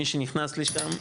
מי שנכנס לשם,